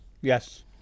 Yes